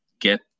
get